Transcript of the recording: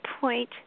point –